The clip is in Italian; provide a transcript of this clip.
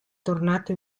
tornato